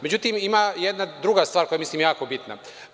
Međutim, ima jedna druga stvar koja je, ja mislim, jako bitna.